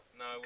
no